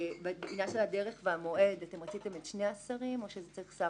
בעניין הדרך והמועד אתם רציתם את שני השרים או צריך את שר